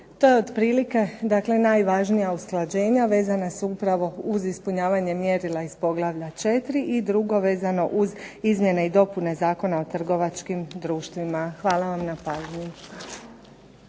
To je otprilike najvažnija usklađenja vezana su upravo uz ispunjavanje mjerila iz poglavlja 4. i drugo vezano uz izmjene i dopune Zakona o trgovačkim društvima. Hvala vam na pažnji.